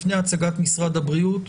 לפני הצגת משרד הבריאות,